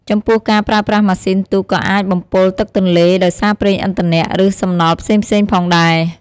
ចំពោះការប្រើប្រាស់ម៉ាស៊ីនទូកក៏អាចបំពុលទឹកទន្លេដោយសារប្រេងឥន្ធនៈ ឬសំណល់ផ្សេងៗផងដែរ។